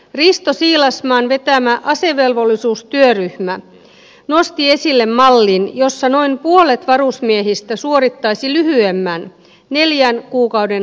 risto siilasmaan vetämä asevelvollisuustyöryhmä nosti esille mallin jossa noin puolet varusmiehistä suorittaisi lyhyemmän neljän kuukauden koulutuksen